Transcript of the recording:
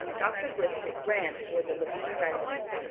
doctor briskett ran toward the lavine residence,